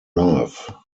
love